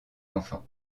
enfants